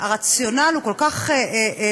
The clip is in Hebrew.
הרציונל הוא כל כך פשוט,